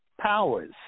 powers